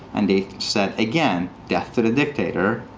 and they said again, death to the dictator,